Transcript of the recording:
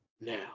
now